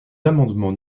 amendements